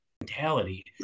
mentality